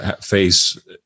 face